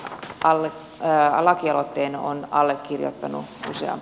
tämän lakialoitteen on allekirjoittanut useampi kansanedustaja